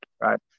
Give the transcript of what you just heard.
right